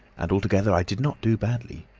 and altogether i did not do badly.